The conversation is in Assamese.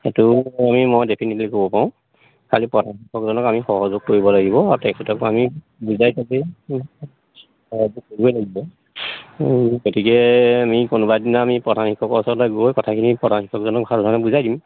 সেইটো আমি মই ডেফিনেটলি ক'ব পাৰোঁ খালী প্ৰধান শিক্ষকজনক আমি সহযোগ কৰিব লাগিব আৰু তেখেতকো আমি বুজাই থৈ দিম কৰিবই লাগিব গতিকে আমি কোনোবা এদিনা আমি প্ৰধান শিক্ষকৰ ওচৰলৈ গৈ কথাখিনি প্ৰধান শিক্ষকজনক ভাল ধৰণে বুজাই দিম